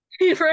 right